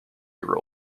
year